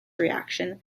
reaction